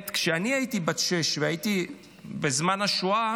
כשאני הייתי בת שש והייתי בזמן השואה,